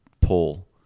pull